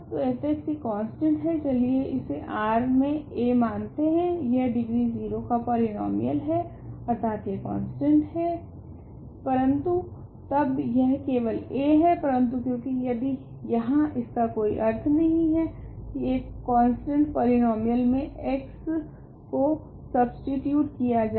तो f एक constant है चलिए इसे R मे a मानते है यह डिग्री 0 का पॉलीनोमीयल है अर्थात यह कोंस्टंट a है परंतु तब यह केवल a है परंतु क्योकि यदि यहाँ इसका कोई अर्थ नहीं है की एक कोंस्टंट पॉलीनोमीयल मे x को सब्स्टीट्यूट किया जाए